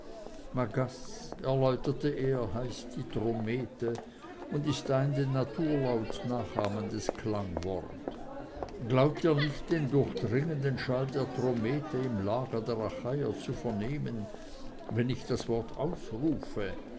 erläuterte er heißt die drommete und ist ein den naturlaut nachahmendes klangwort glaubt ihr nicht den durchdringenden schall der drommete im lager der achaier zu vernehmen wenn ich das wort ausrufe